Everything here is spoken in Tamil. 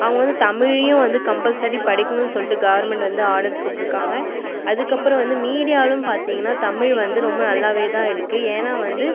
அவங்க வந்து தமிழையும் வந்து கம்பல்சரி படிக்கணும் சொல்லிட்டு கவர்மெண்ட் வந்து ஆடர் போட்ருக்காங்கள் அதுக்கு அப்புறம் வந்து மீடியாலும் பார்த்தீங்கனா தமிழ் வந்து ரொம்ப நல்லாவே தான் இருக்குது ஏன்னால் வந்து